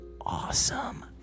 awesome